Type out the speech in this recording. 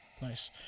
Nice